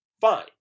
fine